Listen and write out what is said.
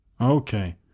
okay